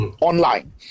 online